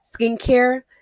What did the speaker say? skincare